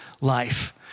life